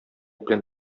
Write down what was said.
белән